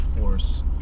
force